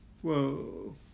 Whoa